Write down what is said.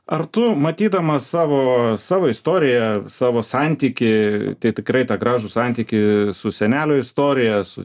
ar tu matydamas savo savo istoriją savo santykį tai tikrai tą gražų santykį su senelio istorija su